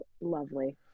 lovely